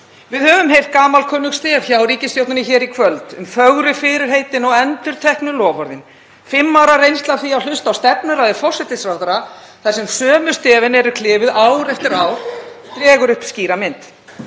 Við höfum heyrt gamalkunnug stef hjá ríkisstjórninni hér í kvöld um fögru fyrirheitin og endurteknu loforðin. Fimm ára reynsla af því að hlusta á stefnuræðu forsætisráðherra þar sem sömu stefin eru klifuð ár eftir ár dregur upp skýra mynd.